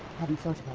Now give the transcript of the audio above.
hadn't thought